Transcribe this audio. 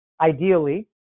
ideally